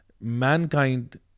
mankind